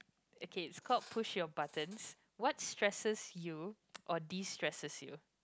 okay it's called push your buttons what stresses you or destresses you